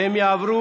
עוברים